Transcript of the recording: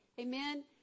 Amen